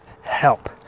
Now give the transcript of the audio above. help